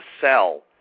sell